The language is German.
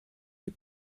die